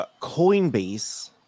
Coinbase